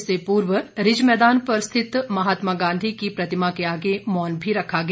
इससे पूर्व रिज मैदान पर स्थित महात्मा गांधी की प्रतिमा के आगे मौन भी रखा गया